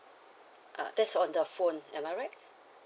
uh that's on the phone am I right